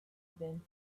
been